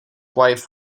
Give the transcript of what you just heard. wife